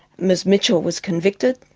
ms mitchell was convicted.